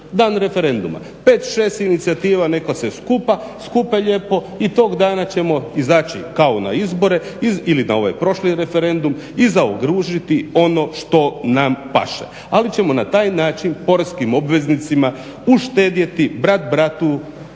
dan referenduma, pet, šest inicijativa neka se skupe lijepo i tog dana ćemo izaći kao na izbore ili na ovaj prošli referendum i zaokružiti ono što nam paše ali ćemo na taj način poreznim obveznicima uštedjeti brat bratu,